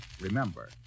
remember